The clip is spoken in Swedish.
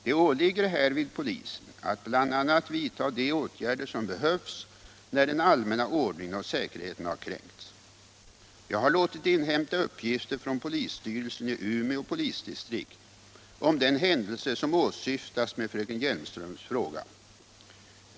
Det åligger härvid polisen att bl.a. vidta de åtgärder som behövs när den allmänna ordningen och säkerheten har kränkts. Jag har låtit inhämta uppgifter från polisstyrelsen i Umeå polisdistrikt om den händelse som åsyftas med fröken Hjelmströms fråga.